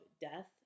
death